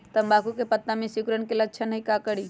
तम्बाकू के पत्ता में सिकुड़न के लक्षण हई का करी?